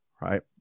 right